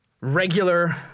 regular